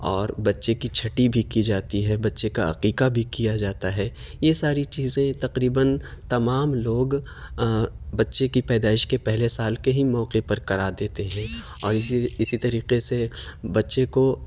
اور بچے کی چھٹی بھی جاتی ہے بچے کا عقیقہ بھی کیا جاتا ہے یہ ساری چیزیں تقریباً تمام لوگ بچے کی پیدائش کے پہلے سال کے ہی موقعے پر کرا دیتے ہیں اور اسی اسی طریقے سے بچے کو